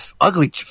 ugly